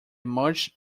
much